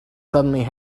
suddenly